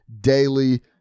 daily